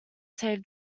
save